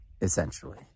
essentially